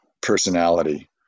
personality